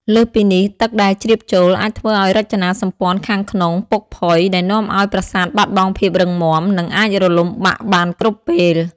លើសពីនេះ ទឹកដែលជ្រាបចូលអាចធ្វើឱ្យរចនាសម្ព័ន្ធខាងក្នុងពុកផុយ ដែលនាំឱ្យប្រាសាទបាត់បង់ភាពរឹងមាំ និងអាចរលំបាក់បានគ្រប់ពេល។